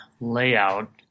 layout